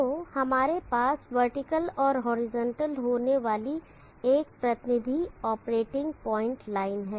तो हमारे पास वर्टिकल और हॉरिजॉन्टल होने वाली एक प्रतिनिधि ऑपरेटिंग पॉइंट लाइन है